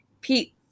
Pete